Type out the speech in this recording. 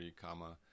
comma